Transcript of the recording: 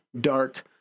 dark